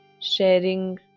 sharing